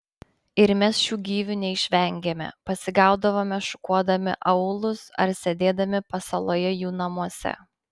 ir mes šių gyvių neišvengėme pasigaudavome šukuodami aūlus ar sėdėdami pasaloje jų namuose